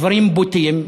דברים בוטים.